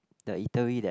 the eatery that